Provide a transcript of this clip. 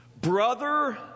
Brother